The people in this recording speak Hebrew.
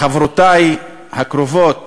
לחברותי הקרובות